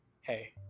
hey